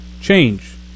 Change